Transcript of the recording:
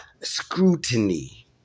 scrutiny